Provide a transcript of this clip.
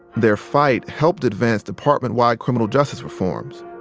their fight helped advance department-wide criminal-justice reforms.